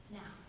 now